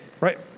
right